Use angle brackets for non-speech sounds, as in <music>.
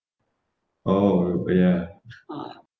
oh ya <noise>